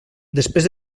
després